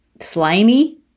slimy